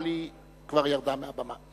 אבל היא כבר ירדה מהבמה.